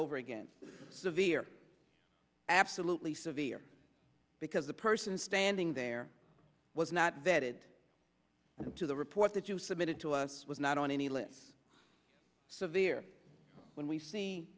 over again severe absolutely severe because the person standing there was not vetted to the report that you submitted to us was not on any list severe when we see